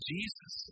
Jesus